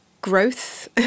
growth